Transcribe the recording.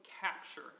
capture